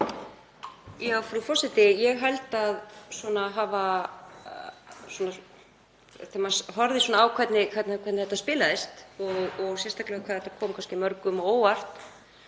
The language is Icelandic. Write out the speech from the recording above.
Frú forseti. Ég held að þegar maður horfði á hvernig þetta spilaðist og sérstaklega hvað það kom kannski mörgum á óvart